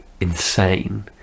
insane